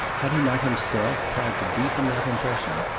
had he not himself tried to deepen that impression!